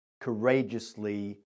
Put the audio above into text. courageously